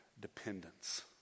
Dependence